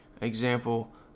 example